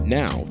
now